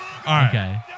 Okay